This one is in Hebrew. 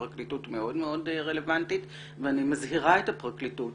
הפרקליטות מאוד מאוד רלוונטית ואני מזהירה את הפרקליטות